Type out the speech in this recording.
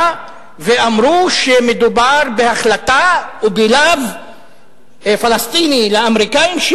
ואמרו שמדובר בהחלטה ובלאו פלסטיני לאמריקנים,